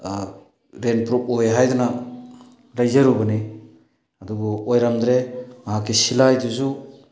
ꯔꯦꯟꯄ꯭ꯔꯨꯞ ꯑꯣꯏ ꯍꯥꯏꯗꯅ ꯂꯩꯖꯔꯨꯕꯅꯤ ꯑꯗꯨꯕꯨ ꯑꯣꯏꯔꯝꯗ꯭ꯔꯦ ꯃꯍꯥꯛꯀꯤ ꯁꯤꯂꯥꯏꯗꯨꯁꯨ